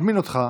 מזמין אותך,